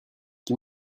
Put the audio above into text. qui